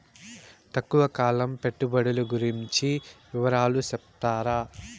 తక్కువ కాలం పెట్టుబడులు గురించి వివరాలు సెప్తారా?